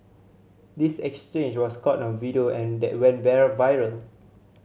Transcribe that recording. this exchange was caught on a video and that went there viral